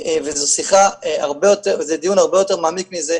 וזה דיון הרבה יותר מעמיק מזה,